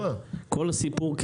כל הסיפור,